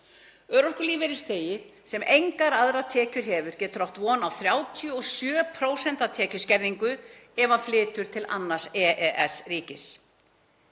Örorkulífeyrisþegi, sem engar aðrar tekjur hefur, getur átt von á 37% tekjuskerðingu ef hann flytur til annars EES-ríkis.“